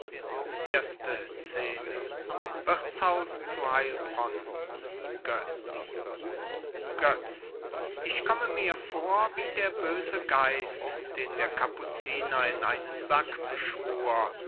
wirtshaus zu heilbronn götz götz ich komme mir vor wie der böse geist den der kapuziner in einen sack beschwur